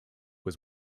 was